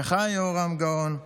ולך, יהורם גאון,